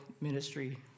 ministry